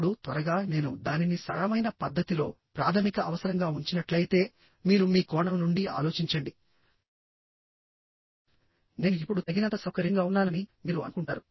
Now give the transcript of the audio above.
ఇప్పుడు త్వరగా నేను దానిని సరళమైన పద్ధతిలో ప్రాథమిక అవసరంగా ఉంచినట్లయితే మీరు మీ కోణం నుండి ఆలోచించండి నేను ఇప్పుడు తగినంత సౌకర్యంగా ఉన్నానని మీరు అనుకుంటారు